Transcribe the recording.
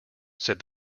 said